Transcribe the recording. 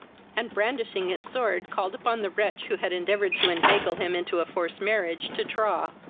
and brandishing his sword, called upon the wretch who had endeavoured to inveigle him into a forced marriage to draw,